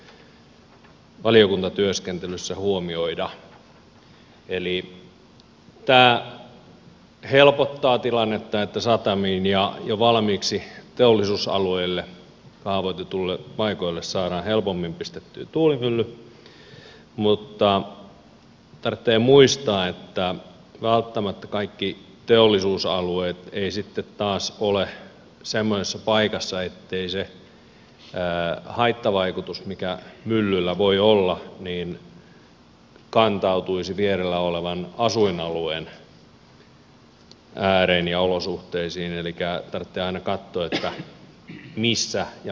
eli tämä helpottaa tilannetta että satamiin ja jo valmiiksi teollisuusalueille kaavoitetuille paikoille saadaan helpommin pistettyä tuulimylly mutta tarvitsee muistaa että välttämättä kaikki teollisuusalueet eivät sitten taas ole semmoisessa paikassa ettei se haittavaikutus mikä myllyllä voi olla kantautuisi vierellä olevan asuinalueen ääreen ja olosuhteisiin elikkä tarvitsee aina katsoa missä ja millainen se teollisuusalue on